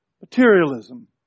Materialism